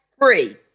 free